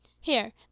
Here